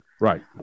Right